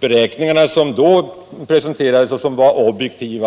beräkningar som då presenterades var också objektiva.